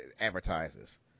advertises